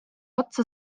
otsa